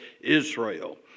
Israel